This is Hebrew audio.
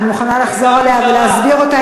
אני מוכנה לחזור עליה ולהסביר אותה,